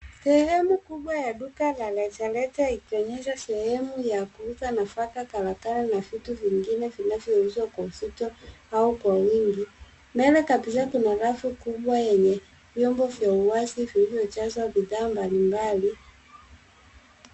Sehemu kubwa ya duka la rejareja, ikionyesha sehemu ya kuuza nafaka, kalakala na vitu vingine vinavyouzwa kwa uzito au kwa wingi. Mbele kabisa kuna rafu kubwa yenye vyombo vya uwazi, vilivyojazwa bidhaa mbali mbali.